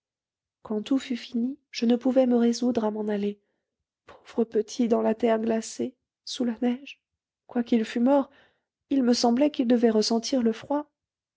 quand tout fut fini je ne pouvais me résoudre à m'en aller pauvre petit dans la terre glacée sous la neige quoiqu'il fût mort il me semblait qu'il devait ressentir le froid